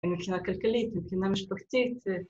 ‫מבחינה כלכלית, ‫מבחינה משפחתית.